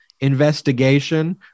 investigation